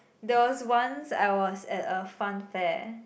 there was once I was at a funfair